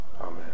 Amen